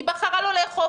היא אבל לא לאכוף.